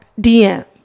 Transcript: DM